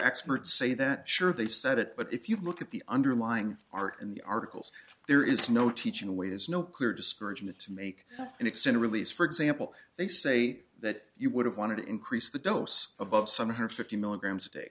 experts say that sure they said it but if you look at the underlying art in the articles there is no teaching away there's no clear discouragement to make an extended release for example they say that you would have wanted to increase the dose of of some one hundred fifty milligrams